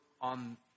on